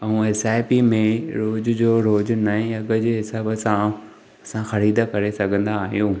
ऐं एसआईपी में रोज जो रोज़ु नए अघ जे हिसाब सां असां ख़रीद करे सघंदा आहियूं